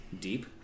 deep